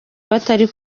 batari